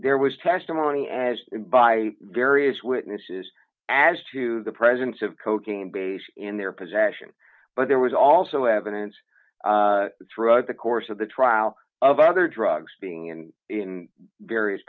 there was testimony as by various witnesses as to the presence of cocaine base in their possession but there was also evidence throughout the course of the trial of other drugs being in various